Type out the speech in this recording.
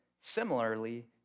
similarly